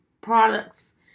products